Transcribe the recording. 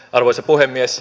arvoisa puhemies